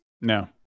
No